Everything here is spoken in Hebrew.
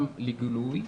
גם לגילוי,